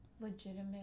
legitimate